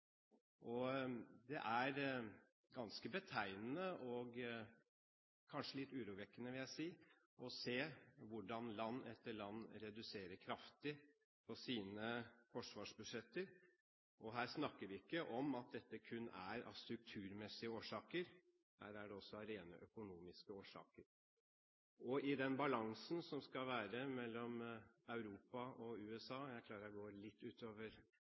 NATO-land. Det er ganske betegnende – jeg vil si kanskje litt urovekkende – å se hvordan land etter land reduserer kraftig i sine forsvarsbudsjetter. Her snakker vi ikke om at det kun er av strukturmessige årsaker, her er det også av rent økonomiske årsaker. I den balansen det skal være mellom Europa og USA – jeg er klar over at jeg går litt utover